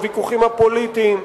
הוויכוחים הפוליטיים,